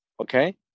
okay